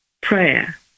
prayer